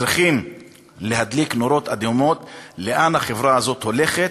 צריכים להדליק נורות אדומות לאן החברה הזאת הולכת,